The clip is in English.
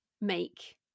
make